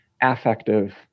affective